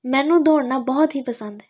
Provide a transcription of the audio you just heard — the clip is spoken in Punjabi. ਮੈਨੂੰ ਦੌੜਨਾ ਬਹੁਤ ਹੀ ਪਸੰਦ ਹੈ